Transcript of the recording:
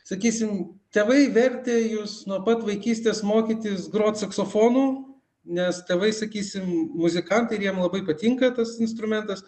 sakysim tėvai vertė jus nuo pat vaikystės mokytis grot saksofonu nes tėvai sakysim muzikantai ir jiem labai patinka tas instrumentas